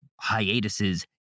hiatuses